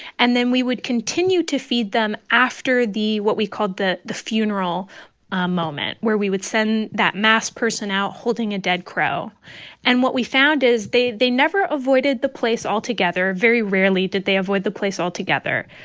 and then we would continue to feed them after the what we called the the funeral ah moment, where we would send that masked person out holding a dead crow and what we found is they they never avoided the place altogether. very rarely did they avoid the place altogether.